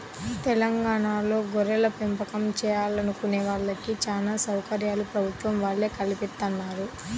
తెలంగాణాలో గొర్రెలపెంపకం చేయాలనుకునే వాళ్ళకి చానా సౌకర్యాలు ప్రభుత్వం వాళ్ళే కల్పిత్తన్నారు